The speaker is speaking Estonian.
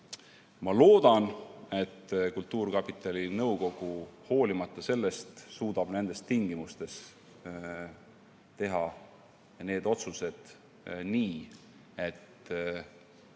Ma loodan, et kultuurkapitali nõukogu hoolimata sellest suudab nendes tingimustes teha need otsused nii, et